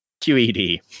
QED